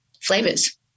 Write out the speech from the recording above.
flavors